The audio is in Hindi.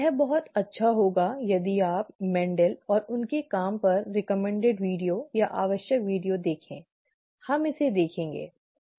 यह बहुत अच्छा होगा यदि आप मेंडेल और उनके काम पर अनुशंसित वीडियो या आवश्यक वीडियो देखें हम इसे देखेंगे ठीक है